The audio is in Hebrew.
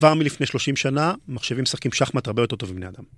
כבר מלפני 30 שנה מחשבים משחקים שחמט רבה יותר טוב לבני אדם.